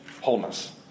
wholeness